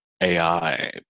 AI